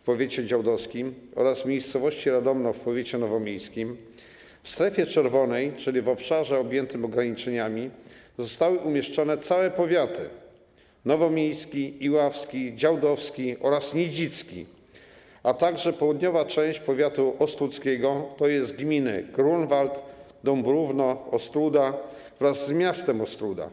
w powiecie działdowskim oraz w miejscowości Radomno w powiecie nowomiejskim w strefie czerwonej, czyli w obszarze objętym ograniczeniami, zostały umieszczone całe powiaty: nowomiejski, iławski, działdowski oraz nidzicki, a także południowa część powiatu ostródzkiego, tj. gminy Grunwald, Dąbrówno i Ostróda wraz z miastem Ostróda.